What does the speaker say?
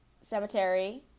cemetery